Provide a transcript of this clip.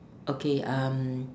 okay um